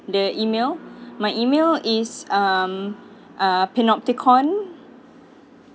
the email my email is um panopticon